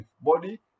body